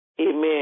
amen